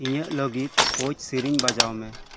ᱤᱧᱟᱹᱜ ᱞᱟᱹᱜᱤᱫ ᱠᱳᱪ ᱥᱤᱨᱤᱧ ᱵᱟᱡᱟᱣ ᱢᱮ